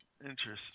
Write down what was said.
Interesting